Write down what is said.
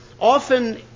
Often